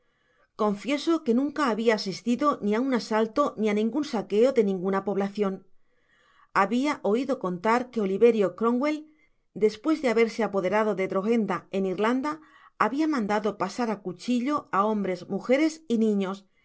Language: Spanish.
confieso que nanea había asistido ni á un asalto ni á ningun saqueo de ninguna poblacion habia oido contar que oliverio cromwell despues de haberse apoderado de droghenda en irlanda habia mandado pasar á cuchillo á hombres mujeres y niños